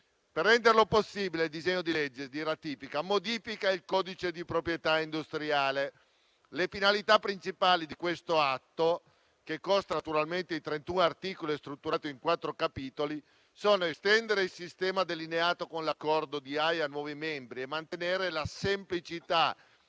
Per renderlo possibile, il disegno di legge di ratifica modifica il codice di proprietà industriale. Le finalità principali di questo atto, che consta di 31 articoli strutturati in quattro capitoli, sono estendere il sistema delineato con l'Accordo dell'Aja a nuovi membri e mantenere la semplicità